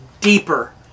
deeper